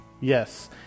Yes